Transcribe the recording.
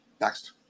Next